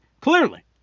clearly